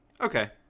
Okay